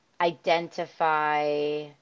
identify